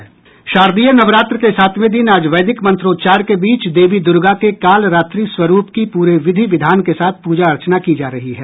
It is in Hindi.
शारदीय नवरात्र के सातवें दिन आज वैदिक मंत्रोच्चार के बीच देवी दूर्गा के कालरात्रि स्वरूप की पूरे विधि विधान के साथ पूजा अर्चना की जा रही है